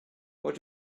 what